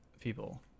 people